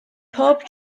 pob